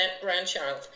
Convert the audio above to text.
grandchild